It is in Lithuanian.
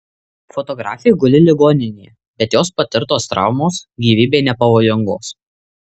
fotografė guli ligoninėje bet jos patirtos traumos gyvybei nepavojingos